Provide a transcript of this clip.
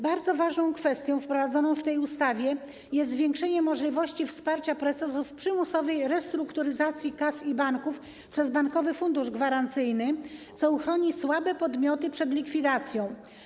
Bardzo ważną kwestią uwzględnioną w tej ustawie jest zwiększenie możliwości wsparcia procesów przymusowej restrukturyzacji kas i banków przez Bankowy Fundusz Gwarancyjny, co uchroni słabe podmioty przed likwidacją.